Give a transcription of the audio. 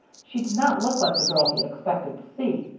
she did not look like the girl he had expected to see.